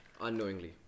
unknowingly